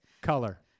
Color